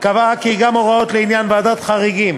קבעה כי גם הוראות לעניין ועדת חריגים